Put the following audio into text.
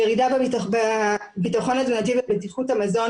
ירידה בביטחון התזונתי ובטיחות המזון,